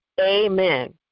Amen